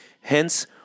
hence